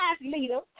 leaders